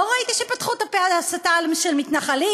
לא ראיתי שפתחו את הפה על הסתה של מתנחלים,